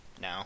No